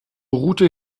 route